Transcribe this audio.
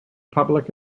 public